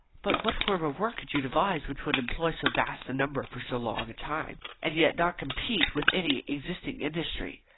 but what form of work could you devise which would employ so vast a number for so long a time, and yet not compete with any existing industry?